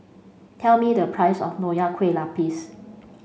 tell me the price of Nonya Kueh Lapis